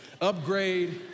upgrade